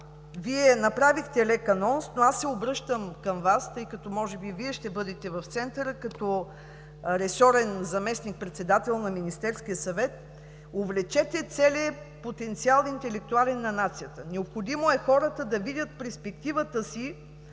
Вие направихте лек анонс, но аз се обръщам към Вас, тъй като може би Вие ще бъдете в центъра като ресорен заместник-председател на Министерския съвет: увлечете целия интелектуален потенциал на нацията. Необходимо е хората да видят перспективата си